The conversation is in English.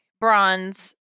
bronze